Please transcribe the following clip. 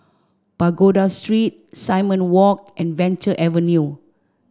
Pagoda Street Simon Walk and Venture Avenue